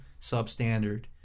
substandard